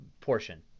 portion